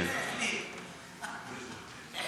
אז